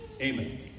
amen